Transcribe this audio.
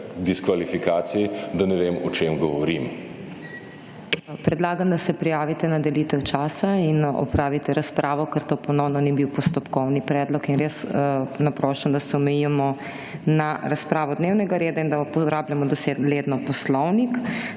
diskvalifikacij, da ne vem, o čem govorim. **PODPREDSEDNICA MAG. MEIRA HOT:** Predlagam, da se prijavite na delitev časa in opravite razpravo, ker to ponovno ni bil postopkovni predlog. Res naprošam, da se omejimo na razpravo dnevnega reda in da uporabljamo dosledno poslovnik.